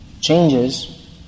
changes